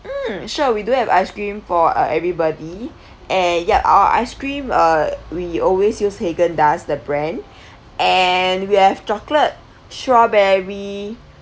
mm sure we do have ice cream for uh everybody and yup our ice cream uh we always use haagen dazs the brand and we have chocolate strawberry